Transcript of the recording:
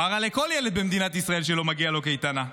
מה רע בכל ילד במדינת ישראל, שלא מגיעה לו קייטנה?